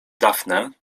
daphne